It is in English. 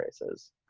races